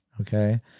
Okay